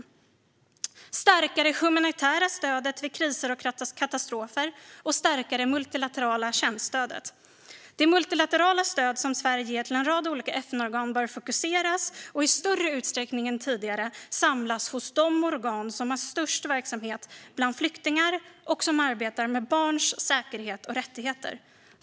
Vi vill stärka det humanitära stödet vid kriser och katastrofer och stärka det multilaterala kärnstödet. Det multilaterala stöd som Sverige ger till en rad olika FN-organ bör fokuseras och i större utsträckning än tidigare samlas hos de organ som har störst verksamhet bland flyktingar och som arbetar med barns säkerhet och rättigheter.